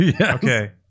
okay